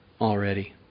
already